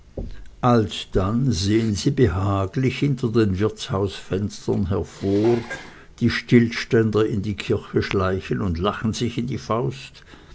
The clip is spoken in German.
alsdann sehen sie behaglich hinter den wirtshausfenstern hervor die stillständer in die kirche schleichen und lachen sich in die faust